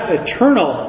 eternal